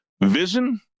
Vision